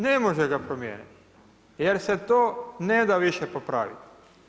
Ne može ga promijeniti jer se to ne da više popraviti.